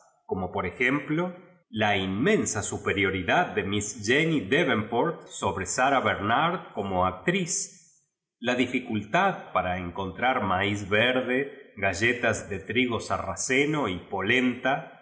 como por ejemplo la inmensa superioridad de miss janny devenport sobre sarah bomlmrdt como actriz ja dificultad para enronfrar maíz verde gá llelas de trigo sarraceno y polenta